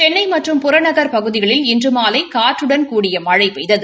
சென்னை மற்றும் புறநகர் பகுதிகளில் இன்று மாலை காற்றுடன் கூடிய மழை பெய்தது